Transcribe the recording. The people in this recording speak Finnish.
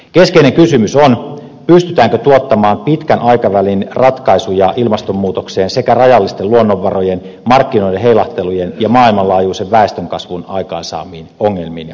keskeinen kysymys on pystytäänkö tuottamaan pitkän aikavälin ratkaisuja ilmastonmuutokseen sekä rajallisten luonnonvarojen markkinoiden heilahtelujen ja maailmanlaajuisen väestönkasvun aikaansaamiin ongelmiin ja haasteisiin